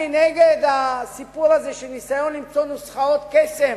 אני נגד הסיפור הזה של הניסיון למצוא נוסחאות קסם